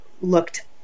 looked